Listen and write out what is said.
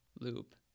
loop